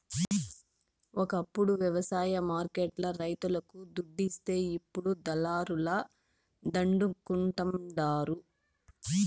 ఒకప్పుడు వ్యవసాయ మార్కెట్ లు రైతులకు దుడ్డిస్తే ఇప్పుడు దళారుల దండుకుంటండారు